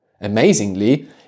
Amazingly